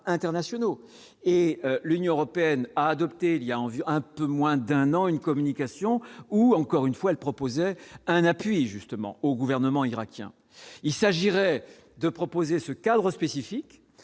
internationaux et l'Union européenne a adopté il y a en vue un peu moins d'un an une communication ou encore une fois le proposait un appui justement au gouvernement irakien, il s'agirait de proposer ce cadre spécifique,